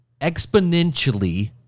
exponentially